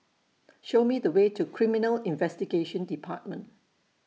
Show Me The Way to Criminal Investigation department